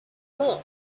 look